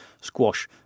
squash